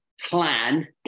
plan